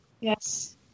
Yes